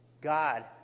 God